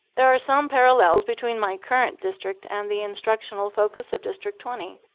there are some parallels between my current district and the instructional focus of district twenty.